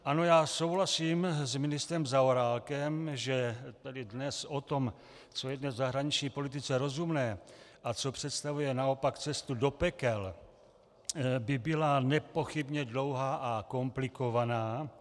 Ano, já souhlasím s ministrem Zaorálkem, že dnes o tom, co je dnes v zahraniční politice rozumné a co představuje naopak cestu do pekel, by byla nepochybně dlouhá a komplikovaná.